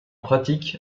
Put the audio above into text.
pratique